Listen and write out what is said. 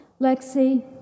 Lexi